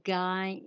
guy